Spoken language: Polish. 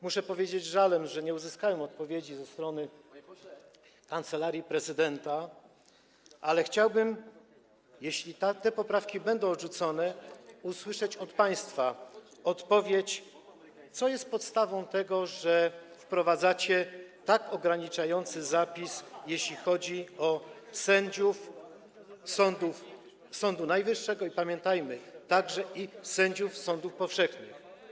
Muszę powiedzieć z żalem, że nie uzyskałem odpowiedzi ze strony Kancelarii Prezydenta, ale chciałbym, jeśli te poprawki będą odrzucone, usłyszeć od państwa odpowiedź: Co jest podstawą tego, że wprowadzacie tak ograniczający zapis, jeśli chodzi o sędziów Sądu Najwyższego i, pamiętajmy, także sędziów sądów powszechnych?